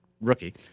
rookie